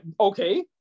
Okay